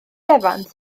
evans